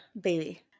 Baby